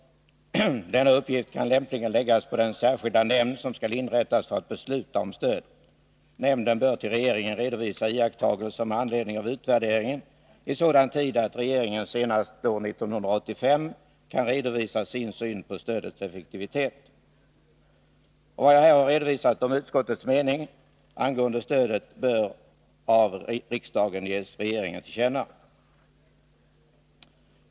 Denna uppgift kan lämpligen läggas på den särskilda nämnd som skall inrättas för att besluta om stöd. Nämnden bör för regeringen redovisa iakttagelser med anledning av utvärderingen i sådan tid att regeringen senast år 1985 kan redovisa sin syn på stödets effektivitet. Vad jag här redovisat om utskottets mening angående stödet bör av riksdagen ges regeringen till känna.